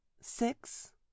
six